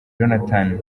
jonathan